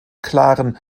klaren